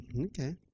okay